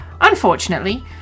Unfortunately